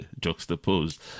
juxtaposed